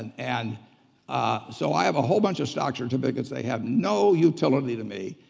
and and ah so i have a whole bunch of stock certificates. they have no utility to me,